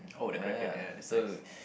oh the Kraken ya that's nice